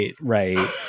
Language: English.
right